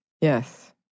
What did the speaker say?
Yes